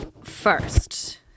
first